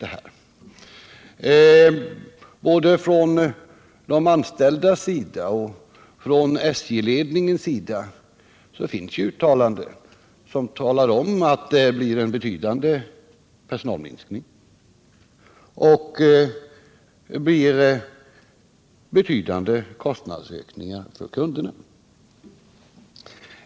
Det har både från de anställda och från SJ-ledningen gjorts uttalanden innebärande att det blir en betydande personalminskning och avsevärda kostnadsökningar för kunderna.